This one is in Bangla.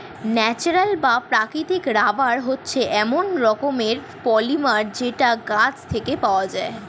ন্যাচারাল বা প্রাকৃতিক রাবার হচ্ছে এক রকমের পলিমার যেটা গাছ থেকে পাওয়া যায়